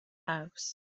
house